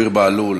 עאידה סלימאן,